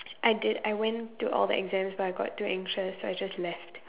I did I went to all the exams but I got too anxious so I just left